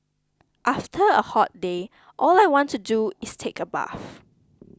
after a hot day all I want to do is take a bath